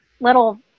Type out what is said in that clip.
little